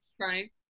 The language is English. Right